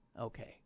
Okay